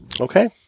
Okay